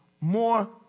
more